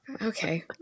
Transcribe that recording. okay